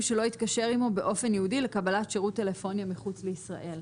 שלא יתקשר עמו באופן ייעודי לקבלת שירות טלפוני מחוץ לישראל.